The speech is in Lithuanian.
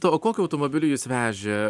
o kokiu automobiliu jus vežė